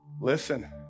listen